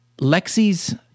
Lexi's